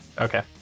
okay